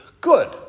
good